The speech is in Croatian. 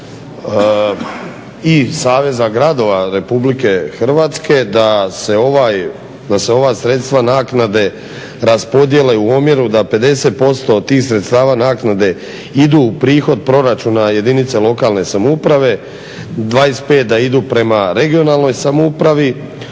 i saveza gradova Republike Hrvatske da se ova sredstva, naknade raspodijele u omjeru da 50% od tih sredstava naknade idu u prihod proračuna jedinice lokalne samouprave, 25 da idu prema regionalnoj samoupravi,